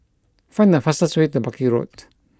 find the fastest way to Buckley Road